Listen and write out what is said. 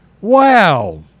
Wow